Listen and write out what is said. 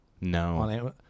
No